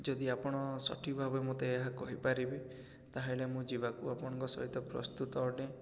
ଯଦି ଆପଣ ସଠିକ୍ ଭାବେ ମୋତେ ଏହା କହିପାରିବେ ତାହେଲେ ମୁଁ ଯିବାକୁ ଆପଣଙ୍କ ସହିତ ପ୍ରସ୍ତୁତ ଅଟେ